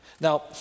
Now